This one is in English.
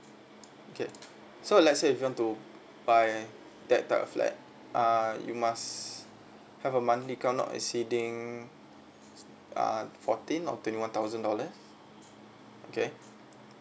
okay so let say if you want to buy that type of flat uh you must have a monthly income not exceeding uh fourteen or twenty one thousand dollars okay